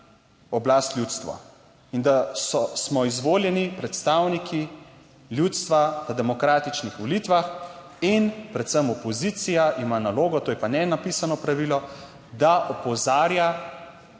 oblast ljudstvo in da smo izvoljeni predstavniki ljudstva na demokratičnih volitvah in predvsem opozicija ima nalogo, to je pa nenapisano pravilo, da opozarja